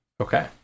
Okay